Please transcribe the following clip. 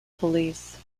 police